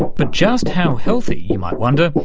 but just how healthy, you might wonder,